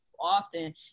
often